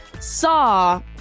saw